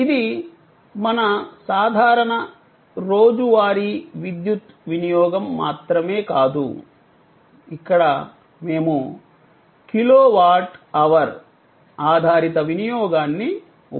ఇది మన సాధారణ రోజువారీ విద్యుత్ వినియోగం మాత్రమే కాదు ఇక్కడ మేము కిలోవాట్ అవర్ ఆధారిత వినియోగాన్ని ఉపయోగిస్తున్నాము